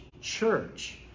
church